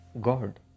God